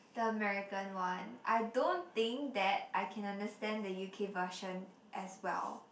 the American one I don't think that I can understand the u_k version as well